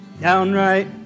Downright